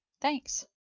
thanks